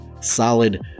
solid